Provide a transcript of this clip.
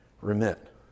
remit